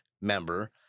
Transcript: member